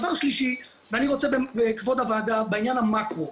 דבר שלישי, בעניין המקרו.